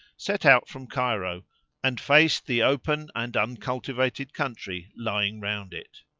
set out from cairo and faced the open and uncultivated country lying around it.